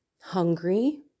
hungry